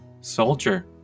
Soldier